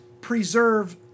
preserve